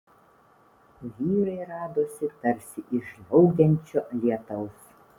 vyrai radosi tarsi iš žliaugiančio lietaus